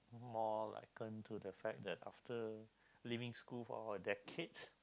more like uh to the fact that after leaving school for decades